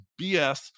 BS